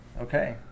Okay